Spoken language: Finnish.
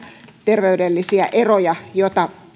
terveydellisiä eroja joita